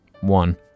One